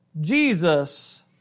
Jesus